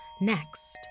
Next